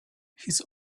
his